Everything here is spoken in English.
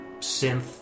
synth